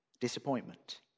disappointment